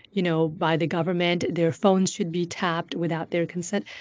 you know, by the government, their phones should be tapped without their consent,